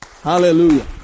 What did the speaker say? Hallelujah